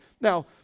Now